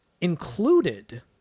included